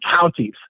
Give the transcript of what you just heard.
counties